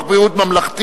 בעד, אין נגד, אין נמנעים.